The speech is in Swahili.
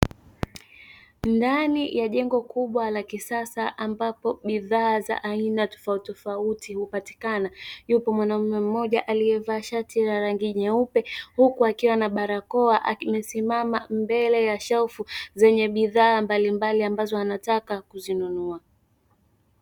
Ndani ya jengo kubwa la kisasa ambapo bidhaa za aina tofauti tofauti hupatikana, yupo mwanaume mmoja aliyevaa shati la rangi nyeupe huku akiwa na barakoa amesimama mbele ya shelfu zenye bidhaa mbalimbali ambazo anataka kununua.